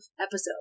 episode